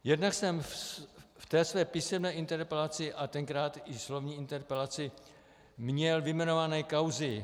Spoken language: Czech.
Jednak jsem ve své písemné interpelaci, a tenkrát i slovní interpelaci, měl vyjmenované kauzy.